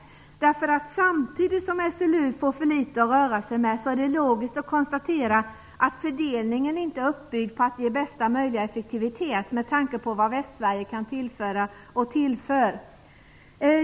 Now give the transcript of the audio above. Samtidigt som SLU får för litet att röra sig med är det logiskt att konstatera att fördelningen inte är uppbyggd för att ge bästa möjliga effektivitet, med tanke på vad Västsverige kan tillföra och tillför.